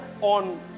on